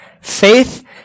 faith